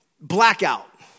Blackout